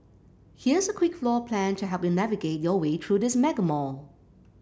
here's a quick floor plan to help you navigate your way through this mega mall